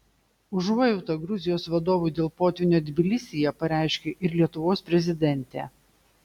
užuojautą gruzijos vadovui dėl potvynio tbilisyje pareiškė ir lietuvos prezidentė